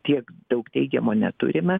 tiek daug teigiamo neturime